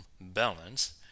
balance